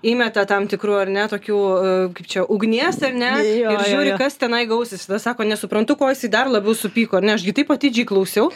įmeta tam tikrų ar ne tokių kaip čia ugnies ar ne ir žiūri kas tenai gausis tada sako nesuprantu ko jisai dar labiau supyko ar ne aš gi taip atidžiai klausiau